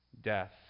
death